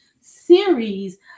series